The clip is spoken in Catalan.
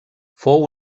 fou